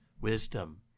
wisdom